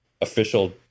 official